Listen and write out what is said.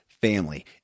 family